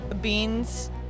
Beans